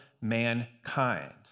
mankind